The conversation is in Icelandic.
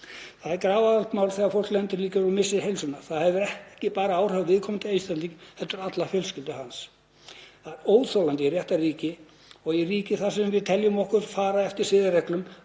Það er grafalvarlegt mál þegar fólk lendir í því að missa heilsuna. Það hefur ekki bara áhrif á viðkomandi einstakling heldur alla fjölskyldu hans. Það er óþolandi í réttarríki, og í ríki þar sem við teljum okkur fara eftir siðareglum,